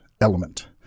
element